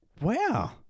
Wow